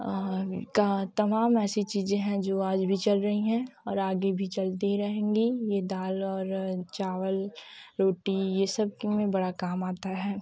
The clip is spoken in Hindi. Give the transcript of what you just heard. और का तमाम ऐसी चीज़ें हैं जो आज भी चल रही हैं और आगे भी चलती ही रहेगी ये दाल और और चावल रोटी ये सब हमें बड़ा काम आता है